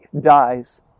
dies